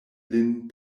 lin